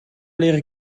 leren